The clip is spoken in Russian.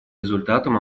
результатом